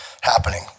happening